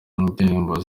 ndirimbo